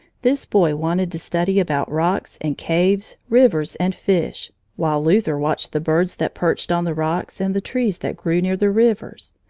this boy wanted to study about rocks and caves, rivers and fish, while luther watched the birds that perched on the rocks and the trees that grew near the rivers.